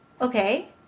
Okay